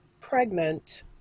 pregnant